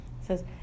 Says